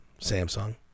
Samsung